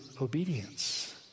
obedience